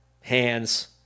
hands